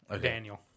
Daniel